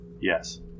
Yes